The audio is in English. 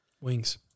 Wings